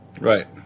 Right